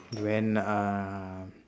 when uh